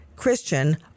Christian